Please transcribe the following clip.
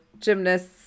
gymnasts